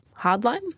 hardline